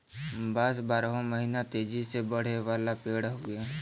बांस बारहो महिना तेजी से बढ़े वाला पेड़ हउवे